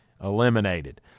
eliminated